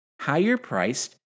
higher-priced